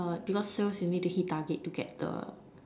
because sales you need to hit the target to get the